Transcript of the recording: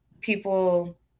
people